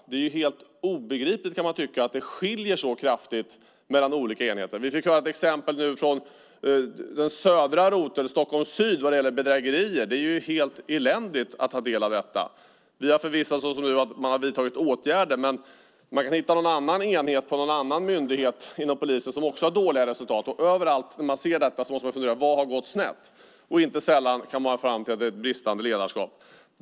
Det är helt obegripligt att det är sådana skillnader mellan olika enheter. Vi fick nu höra ett exempel från Stockholm syd om bedrägerier. Det är helt eländigt. Vi har nu förvissat oss om att man har vidtagit åtgärder. Om man hittar en annan enhet på en annan myndighet inom polisen som också har dåliga resultat måste man fundera över vad som har gått snett. Inte sällan kommer man fram till att det beror på bristande ledarskap.